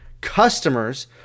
customers